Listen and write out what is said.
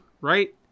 right